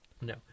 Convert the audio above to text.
No